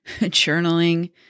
journaling